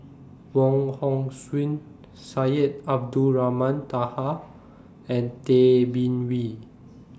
Wong Hong Suen Syed Abdulrahman Taha and Tay Bin Wee